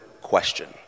question